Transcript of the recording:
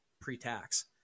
pre-tax